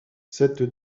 cette